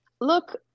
look